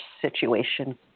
situation